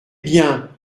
bien